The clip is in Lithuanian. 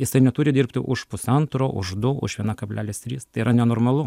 jisai neturi dirbti už pusantro už du už vieną kablelis trys tai yra nenormalu